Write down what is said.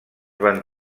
van